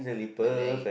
Malay